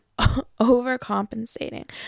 overcompensating